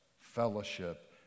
fellowship